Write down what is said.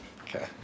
okay